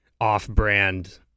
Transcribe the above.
off-brand